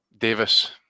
Davis